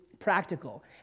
practical